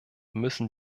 müssen